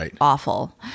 awful